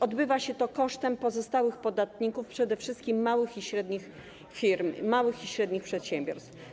Odbywa się to kosztem pozostałych podatników, przede wszystkim małych i średnich firm, małych i średnich przedsiębiorstw.